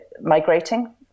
migrating